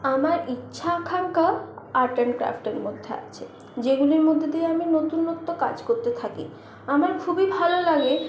আমার ইচ্ছা আকাঙ্ক্ষা আর্ট অ্যান্ড ক্রাফটের মধ্যে আছে যেগুলির মধ্যে দিয়ে আমি নতুনত্ব কাজ করতে থাকি আমার খুবই ভালো লাগে